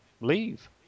leave